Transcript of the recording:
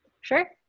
Sure